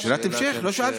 לא שאלתי.